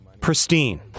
pristine